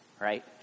right